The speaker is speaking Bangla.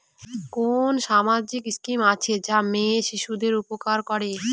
কোন সামাজিক স্কিম আছে যা মেয়ে শিশুদের উপকার করে?